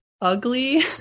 ugly